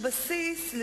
בומבולינה.